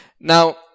Now